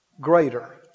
Greater